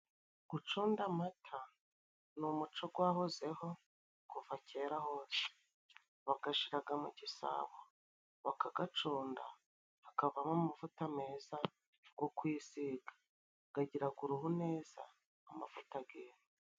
Gucunda amata ni umuco gwahozeho kuva kera hose. Bagashiraga mu gisabo, bakagacunda hakavamo amavuta meza go kwisiga. Gagiraga uruhu neza amavuta g'inka.